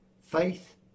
faith